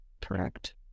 Correct